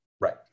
Right